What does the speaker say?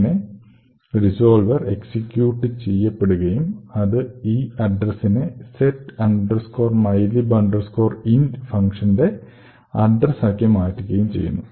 അങ്ങിനെ resolver execute ചെയ്യപ്പെടുകയും അത് ഈ അഡ്രസ്സിനെ set mylib int ഫങ്ഷന്റെ അഡ്രസ് ആക്കി മാറ്റുകയും ചെയ്യുന്നു